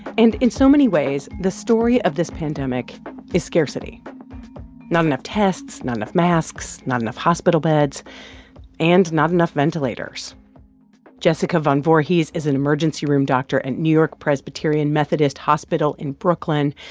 and in so many ways, the story of this pandemic is scarcity not enough tests, not enough masks, not enough hospital beds and not enough ventilators jessica van voorhees is an emergency room doctor at newyork-presbyterian methodist hospital in brooklyn,